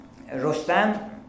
Rostam